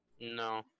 No